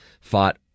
Fought